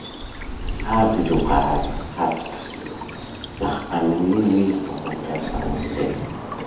Ino iaby ireo karaza satroky? Laha amy gn'ino iha vao mampiasa gn'azy rey?